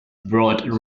brought